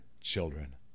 children